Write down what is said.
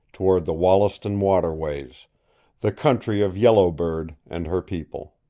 toward the wollaston waterways the country of yellow bird and her people.